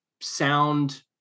sound